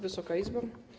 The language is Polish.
Wysoka Izbo!